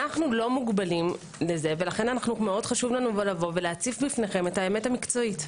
אנו לא מוגבלים לזה ולכן מאוד חשוב לנו להציף בפניכם את האמת המקצועית.